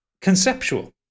conceptual